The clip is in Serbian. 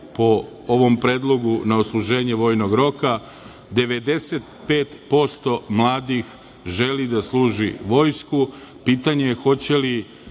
po ovom predlogu, na odsluženje vojnog roka, 95% mladih želi da služi vojsku. Pitanje je hoće li